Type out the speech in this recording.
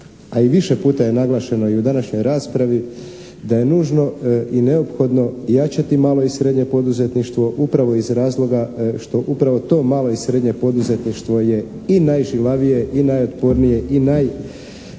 a i više puta je naglašeno i u današnjoj raspravi da je nužno i neophodno jačati malo i srednje poduzetništvo upravo iz razloga što upravo to malo i srednje poduzetništvo je i najžilavije i najotpornije i najprije